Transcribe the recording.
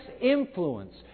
influence